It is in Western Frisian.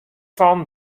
fan